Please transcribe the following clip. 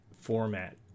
format